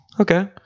Okay